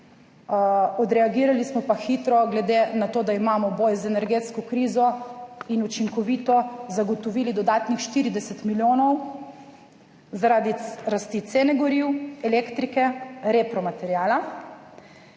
Odreagirali smo pa hitro, glede na to, da imamo boj z energetsko krizo in učinkovito zagotovili dodatnih 40 milijonov, zaradi rasti cene goriv, elektrike, repromateriala.